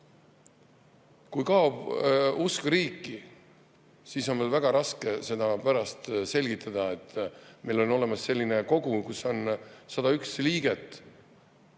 Kui kaob usk riiki, siis on meil väga raske seda pärast selgitada, et meil on olemas selline kogu, kus on 101 liiget,